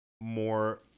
more